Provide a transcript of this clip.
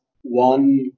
one